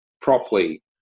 properly